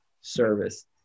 service